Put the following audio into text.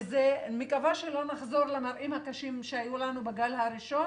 ואני מקווה שלא נחזור למראות הקשים שהיו לנו בגל הראשון